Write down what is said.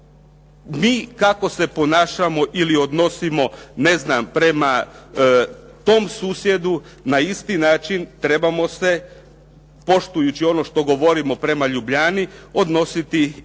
mi kako se ponašamo ili odnosimo, ne znam prema tom susjedu, na isti način trebamo se poštujući ono što govorimo prema Ljubljani, odnositi i